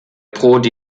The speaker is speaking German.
prodi